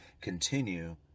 continue